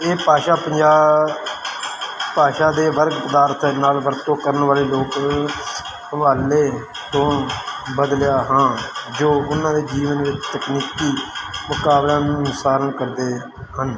ਇਹ ਭਾਸ਼ਾ ਪੰਜਾਬੀ ਭਾਸ਼ਾ ਦੇ ਵਰਗ ਪਦਾਰਥ ਨਾਲ ਵਰਤੋਂ ਕਰਨ ਵਾਲੇ ਲੋਕ ਹਵਾਲੇ ਤੋਂ ਬਦਲਿਆ ਹਾਂ ਜੋ ਉਹਨਾਂ ਦੇ ਜੀਵਨ ਵਿੱਚ ਤਕਨੀਕੀ ਮੁਕਾਬਲਿਆਂ ਨੂੰ ਨੁਕਸਾਨ ਕਰਦੇ ਹਨ